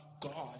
God